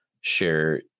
share